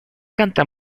canta